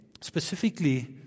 specifically